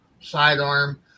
sidearm